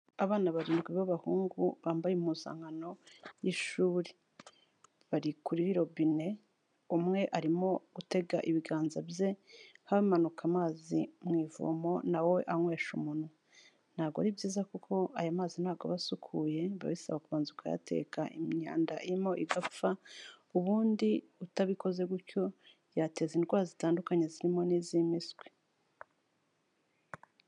Abana barindwi b'abahungu, bambaye impuzankano y'ishuri. Bari kuri robine umwe arimo gutega ibiganza bye hamanuka amazi mu ivomo na we anywesha umunwa. Ntabwo ari byiza kuko ayo mazi ntabwo aba asukuye biba bisaba kubanza ukayateka imyanda irimo igapfa, ubundi utabikoze gutyo yateza indwara zitandukanye zirimo n'iz'impiswi.